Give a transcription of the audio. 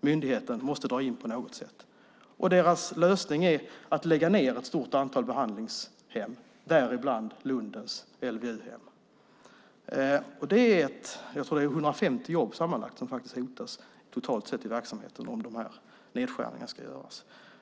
myndighet nu måste dra in på något sätt. Deras lösning är att lägga ned ett stort antal behandlingshem, däribland Lundens LVU-hem. Jag tror att det är sammanlagt 150 jobb som hotas i verksamheten om dessa nedskärningar ska göras.